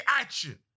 action